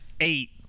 eight